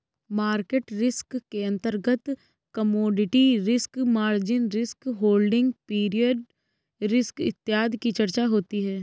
market risk के अंतर्गत commodity risk, margin risk, holding period risk इत्यादि की चर्चा होती है